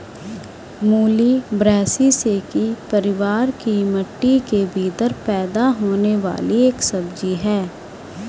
मूली ब्रैसिसेकी परिवार की मिट्टी के भीतर पैदा होने वाली एक सब्जी है